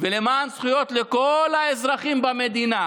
ולמען זכויות לכל האזרחים במדינה,